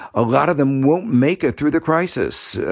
a lot of them won't make it through the crisis.